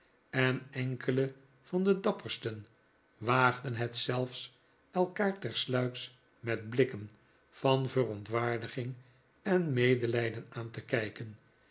en enkele van de dappersten waagden het zelfs elkaar tersluiks met blikken van verontwaardiging en medelijden aan te kijken